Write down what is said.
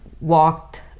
walked